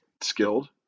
skilled